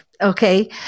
Okay